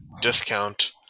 discount